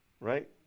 right